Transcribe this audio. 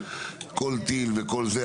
כל טיל וכל זה,